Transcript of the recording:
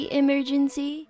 emergency